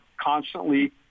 constantly